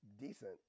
decent